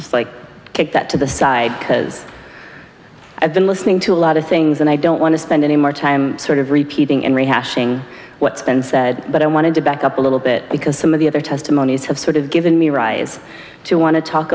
that to the side because i've been listening to a lot of things and i don't want to spend any more time sort of repeating and rehashing what's been said but i wanted to back up a little bit because some of the other testimonies have sort of given me rise to want to talk